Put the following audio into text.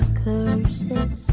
curses